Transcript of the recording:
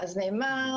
נאמר: